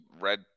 red